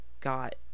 got